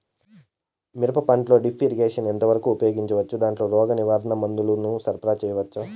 మిరప పంటలో drip irrigation ఎంత వరకు ఉపయోగించవచ్చు, దాంట్లో రోగ నివారణ మందుల ను సరఫరా చేయవచ్చా?